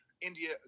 India